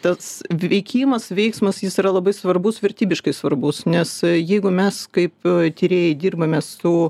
tas veikimas veiksmas jis yra labai svarbus vertybiškai svarbus nes jeigu mes kaip tyrėjai dirbame su